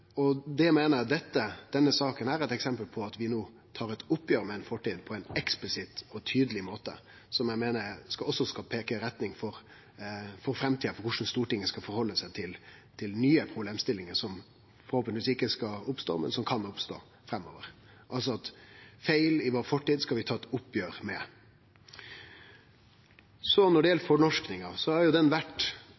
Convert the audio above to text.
teppet. Eg meiner denne saka er eit døme på at vi no tar eit oppgjer med ei fortid på ein eksplisitt og tydeleg måte, som eg meiner også skal peike ut retninga for framtida for korleis Stortinget skal stille seg til nye problemstillingar, som forhåpentlegvis ikkje skal oppstå, men kan oppstå framover. Feil i vår fortid skal vi ta eit oppgjer med. Når det gjeld